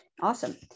Awesome